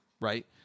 Right